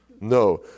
No